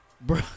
Bro